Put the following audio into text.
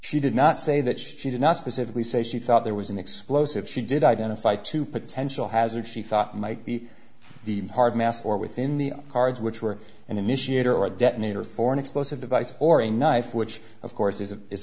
she did not say that she did not specifically say she thought there was an explosive she did identify two potential hazards she thought might be the hard mass or within the cards which were an initiator or a detonator for an explosive device or a knife which of course i